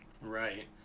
Right